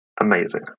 amazing